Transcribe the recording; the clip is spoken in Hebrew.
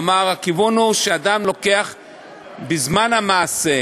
כלומר, הכיוון הוא, בזמן המעשה,